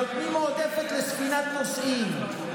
נותנים מועדפת לספינת נוסעים,